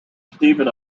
stephen